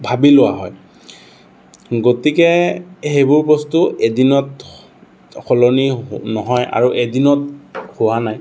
ভাবি লোৱা হয় গতিকে সেইবোৰ বস্তু এদিনত সলনি নহয় আৰু এদিনত হোৱা নাই